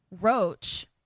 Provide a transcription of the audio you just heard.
Roach